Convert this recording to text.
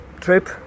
trip